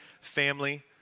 family